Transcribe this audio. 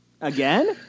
Again